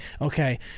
okay